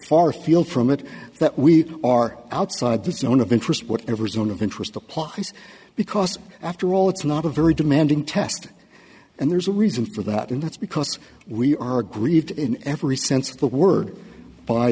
far afield from it that we are outside the zone of interest whatever zone of interest applies because after all it's not a very demanding test and there's a reason for that and that's because we are aggrieved in every sense of the word by